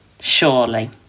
Surely